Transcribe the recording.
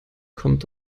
kommt